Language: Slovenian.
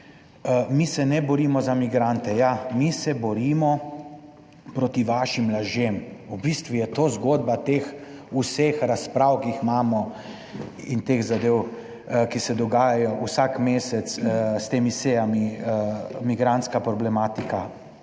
Mi se ne borimo za migrante, ja, mi se borimo proti vašim lažem, v bistvu je to zgodba teh vseh razprav, ki jih imamo in teh zadev, ki se dogajajo vsak mesec s temi sejami migrantska problematika